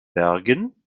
bergen